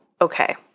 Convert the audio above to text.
Okay